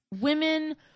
Women